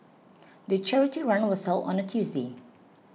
the charity run was held on a Tuesday